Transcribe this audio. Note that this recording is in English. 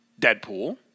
Deadpool